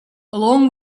along